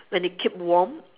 when it keep warm